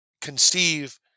conceive